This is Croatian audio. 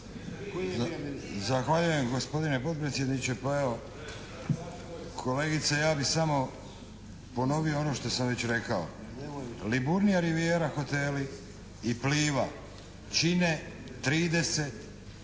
Zahvaljujem gospodine potpredsjedniče! Pa evo kolegice ja bi samo ponovio ono što sam ja već rekao. "Liburnija rivijera" hoteli i "Pliva" čine 30 i